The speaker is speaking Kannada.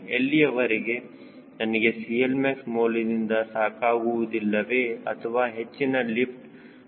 ಎಲ್ಲಿಯವರೆಗೆ ನನಗೆ CLmax ಮೌಲ್ಯದಿಂದ ಸಾಕಾಗುವುದಿಲ್ಲವೇ ಅಥವಾ ಹೆಚ್ಚಿನ ಲಿಫ್ಟ್ ಅಂಗಗಳ ಆಯ್ಕೆ ಇರುತ್ತದೆ